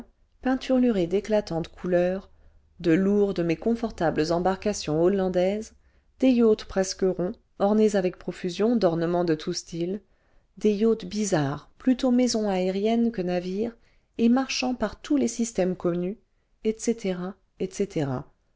peinturluré d'éclatantes couleurs de lourdes mais confortables embarcations hollandaises des yachts presque ronds ornés avec profusion d'ornements de tous styles des yachts bizarres plutôt maisons aériennes que navires et marchant par tous les systèmes connus etc etc